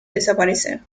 desaparecer